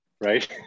right